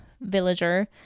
villager